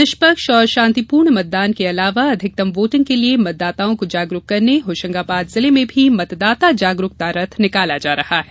निष्पक्ष और शांतिपूर्ण मतदान के अलावा अधिकतम वोटिंग के लिए मतदाताओं को जागरूक करने होशंगाबाद जिले में भी मतदाता जागरूकता रथ निकाला जा रहा है